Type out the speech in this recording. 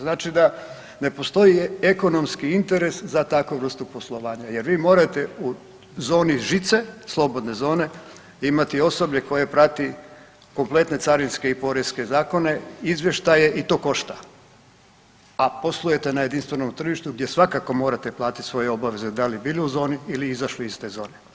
Znači da ne postoji ekonomski interes za takvu vrstu poslovanja jer vi morate u zoni žice slobodne zone imati osoblje koje prati kompletne carinske i poreske zakone, izvještaje i to košta, a poslujete na jedinstvenom tržištu gdje svakako morate platiti svoje obaveze da li bili u zoni ili izašli iz te zone.